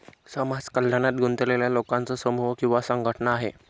समाज कल्याणात गुंतलेल्या लोकांचा समूह किंवा संघटना आहे